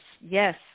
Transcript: yes